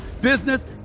business